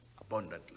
abundantly